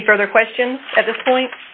any further questions at this point